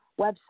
website